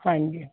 ਹਾਂਜੀ